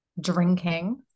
drinking